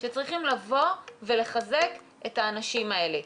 שצריכים לבוא ולחזק את האנשים האלה.